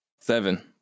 Seven